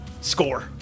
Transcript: Score